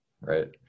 right